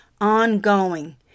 Ongoing